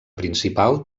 principal